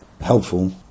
helpful